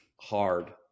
hard